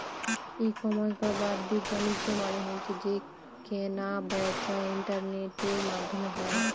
ই commerce বা বাদ্দিক বাণিজ্য মানে হচ্ছে যে কেনা বেচা ইন্টারনেটের মাধ্যমে হয়